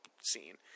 scene